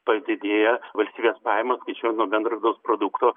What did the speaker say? tos didėja valstybės pajamos tai čia jau nuo bendrojo vidaus produkto